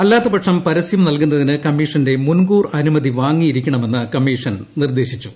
അല്ലാത്തപക്ഷം പരസ്യം നൽകുന്നതിന് കമ്മീഷന്റെ മുൻകൂർ അനുമതി വാങ്ങിയിരിക്കണമെന്ന് കമ്മീഷൻ നിർദ്ദേശിച്ചു